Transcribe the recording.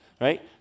right